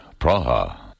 Praha